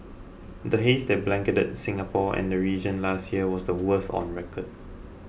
the haze that blanketed Singapore and the region last year was the worst on record